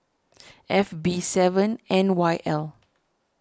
F B seven N Y L